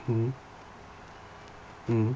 mmhmm mmhmm